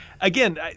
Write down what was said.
Again